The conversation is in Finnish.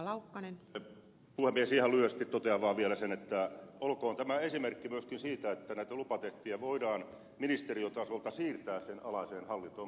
ihan lyhyesti totean vaan vielä sen että olkoon tämä esimerkki myöskin siitä että näitä lupatehtäviä voidaan ministeriötasolta siirtää sen alaiseen hallintoon myöskin maakuntiin